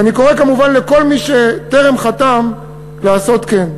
ואני קורא, כמובן, לכל מי שטרם חתם, לעשות כן.